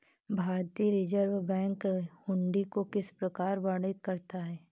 भारतीय reserve bank हुंडी को किस प्रकार वर्णित करता है?